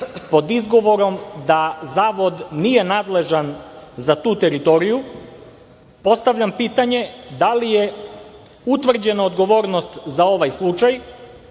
pod izgovorom da Zavod nije nadležan za tu teritoriju, postavljam pitanje da li je utvrđena odgovornost za ovaj slučaj